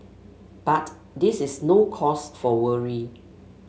but this is no cause for worry